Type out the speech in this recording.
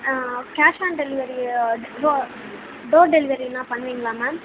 cash on delivery to door டெலிவெரின்னா பண்ணுவீங்களா ma'am